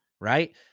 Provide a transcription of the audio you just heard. Right